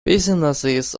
businesses